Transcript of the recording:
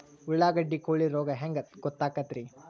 ಉಳ್ಳಾಗಡ್ಡಿ ಕೋಳಿ ರೋಗ ಹ್ಯಾಂಗ್ ಗೊತ್ತಕ್ಕೆತ್ರೇ?